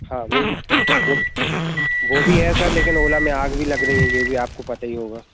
हाँ वो भी वो भी वो भी है सर लेकिन ओला में आग भी लग रही है ये भी आपको पता ही होगा